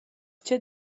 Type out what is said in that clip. tgei